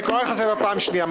אני קורא אותך לסדר פעם שנייה.